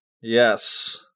Yes